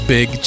Big